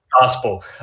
gospel